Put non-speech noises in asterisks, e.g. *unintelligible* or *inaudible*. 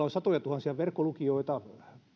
*unintelligible* on satojatuhansia verkkolukijoita